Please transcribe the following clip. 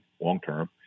long-term